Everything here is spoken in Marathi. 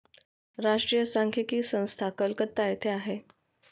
राष्ट्रीय सांख्यिकी संस्था कलकत्ता येथे आहे